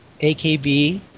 AKB